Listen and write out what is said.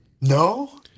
No